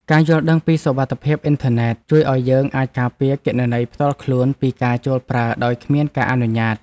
ការយល់ដឹងពីសុវត្ថិភាពអ៊ិនធឺណិត ជួយឱ្យយើងអាចការពារគណនីផ្ទាល់ខ្លួនពីការចូលប្រើដោយគ្មានការអនុញ្ញាត